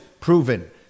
proven